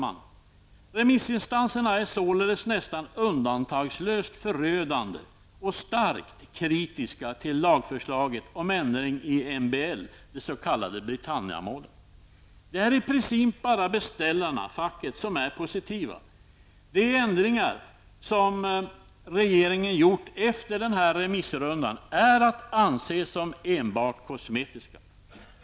Remissinstanserna är således nästan undantagslöst förödande och starkt kritiska till lagförslaget om ändring i MBL -- den s.k. Lex Britannia. Det är i princip bara beställarna -- facket som är positiva. De ändringar som regeringen gjort efter remissrundan är att anse som enbart kosmetiska.